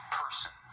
person